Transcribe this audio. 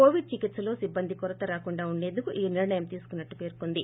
Covid చికిత్సలో సిబ్బంది కొరత రాకుండా ఉండేందుకు ఈ నిర్ణయం తీసుకున్నట్లు పేర్కొంది